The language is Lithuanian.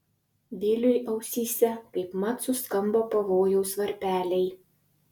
vilui ausyse kaipmat suskambo pavojaus varpeliai